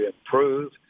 improve